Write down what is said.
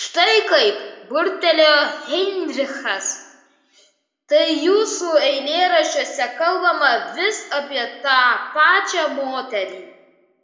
štai kaip burbtelėjo heinrichas tai jūsų eilėraščiuose kalbama vis apie tą pačią moterį